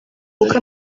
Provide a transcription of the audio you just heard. kuko